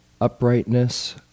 uprightness